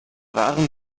waren